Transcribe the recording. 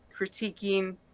critiquing